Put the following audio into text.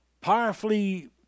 powerfully